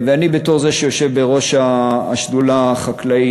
אני יושב בראש השדולה החקלאית,